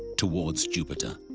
towards jupiter.